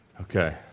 Okay